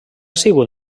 sigut